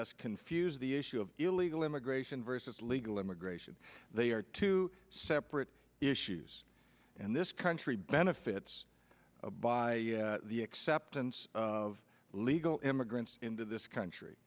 us confuse the issue of illegal immigration vs legal immigration they are two separate issues and this country benefits by the acceptance of legal immigrants into this country